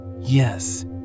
Yes